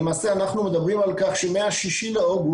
למעשה אנחנו מדברים על כך שמ-6 באוגוסט